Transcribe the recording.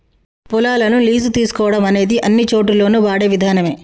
పొలాలను లీజు తీసుకోవడం అనేది అన్నిచోటుల్లోను వాడే విధానమే